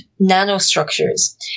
nanostructures